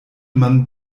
man